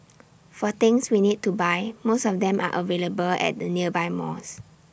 for things we need to buy most of them are available at the nearby malls